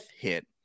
hit